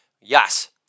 yes